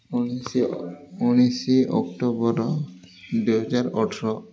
ଉଣେଇଶ ଉଣେଇଶ ଅକ୍ଟୋବର ଦୁଇ ହଜାର ଅଠର